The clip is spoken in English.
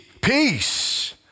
Peace